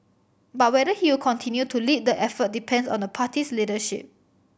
but whether he will continue to lead the effort depends on the party's leadership